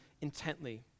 intently